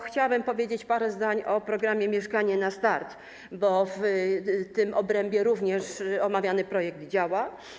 Chciałabym powiedzieć parę zdań o programie „Mieszkanie na start”, bo w tym obrębie również omawiany projekt działa.